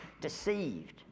deceived